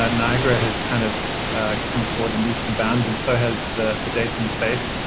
ah niagara has kind of come forward in leaps and bounds and so has the the data interface.